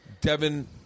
Devin